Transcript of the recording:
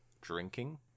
drinking